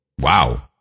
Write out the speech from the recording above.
Wow